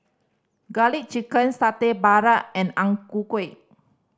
Garlic Chicken Satay Babat and Ang Ku Kueh